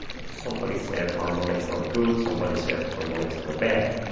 somebody said harmonics are good. somebody said harmonics are bad.